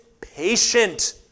patient